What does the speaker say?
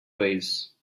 ways